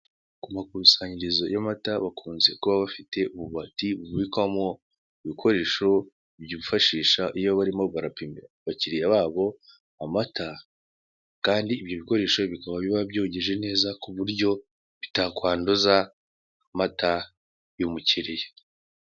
Ku makusanyirizo y'amata bakunze kuba bafite ububati bubikwamo ibikoresho bifashisha iyo barimo barapimira abakiliya babo amata, kandi ibyo bikoresho bikaba biba byogeje neza ku buryo bitakanduza amata y'umukiliya.